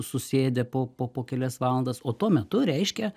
susėdę po po po kelias valandas o tuo metu reiškia